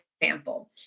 example